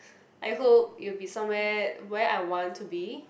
I hope it will be somewhere where I want to be